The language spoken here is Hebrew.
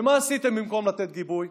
ומה עשיתם במקום לתת גיבוי?